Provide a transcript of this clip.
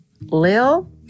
Lil